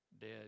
Dead